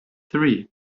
three